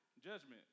judgment